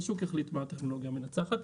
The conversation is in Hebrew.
השוק יחליט מהי הטכנולוגיה המנצחת.